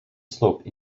slope